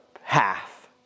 half